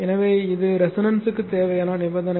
எனவே இது ரெசோனன்ஸ்க்கு தேவையான நிபந்தனை